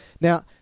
Now